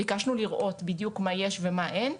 אנחנו ביקשנו לראות בדיוק מה יש ומה אין.